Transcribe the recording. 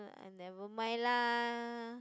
uh never mind lah